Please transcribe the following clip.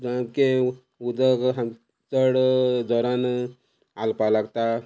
सामकें उदक सामकें चड जोरान आलपा लागता